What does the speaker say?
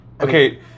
Okay